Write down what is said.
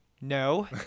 No